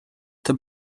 the